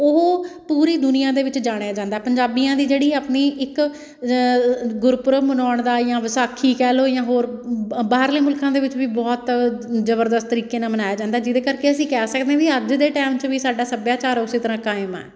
ਉਹ ਪੂਰੀ ਦੁਨੀਆਂ ਦੇ ਵਿੱਚ ਜਾਣਿਆ ਜਾਂਦਾ ਪੰਜਾਬੀਆਂ ਦੀ ਜਿਹੜੀ ਆਪਣੀ ਇੱਕ ਗੁਰਪੁਰਬ ਮਨਾਉਣ ਦਾ ਜਾਂ ਵਿਸਾਖੀ ਕਹਿ ਲਉ ਜਾਂ ਹੋਰ ਬਾਹਰਲੇ ਮੁਲਕਾਂ ਦੇ ਵਿੱਚ ਵੀ ਬਹੁਤ ਜ਼ਬਰਦਸਤ ਤਰੀਕੇ ਨਾਲ਼ ਮਨਾਇਆ ਜਾਂਦਾ ਜਿਹਦੇ ਕਰਕੇ ਅਸੀਂ ਕਹਿ ਸਕਦੇ ਹਾਂ ਵੀ ਅੱਜ ਦੇ ਟੈਮ 'ਚ ਵੀ ਸਾਡਾ ਸੱਭਿਆਚਾਰ ਉਸੇ ਤਰ੍ਹਾਂ ਕਾਇਮ ਆ